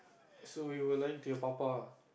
so you were lying to your papa ah